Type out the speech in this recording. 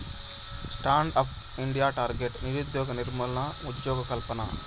stand up India target నిరుద్యోగ నిర్మూలన, ఉజ్జోగకల్పన